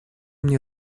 мне